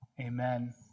Amen